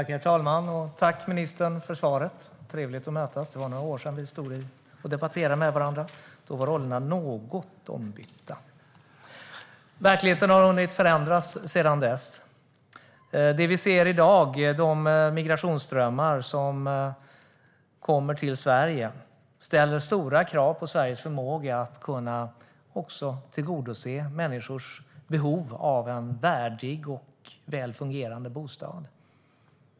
Herr talman! Tack, ministern, för svaret! Trevligt att mötas. Det var några år sedan vi stod här och debatterade med varandra. Då var rollerna något ombytta. Verkligheten har hunnit förändras sedan dess. Det vi ser i dag, migrationsströmmarna till Sverige, ställer stora krav på Sveriges förmåga att också tillgodose människors behov av en värdig och väl fungerande bostad.